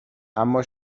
اما